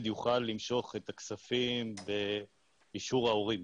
יוכל למשוך את הכספים באישור ההורים,